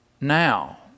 now